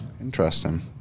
Interesting